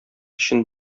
өчен